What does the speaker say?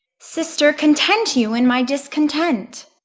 sister, content you in my discontent.